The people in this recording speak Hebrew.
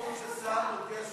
מה המשמעות ששר מודיע שהוא לא בא?